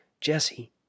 Jesse